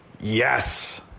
Yes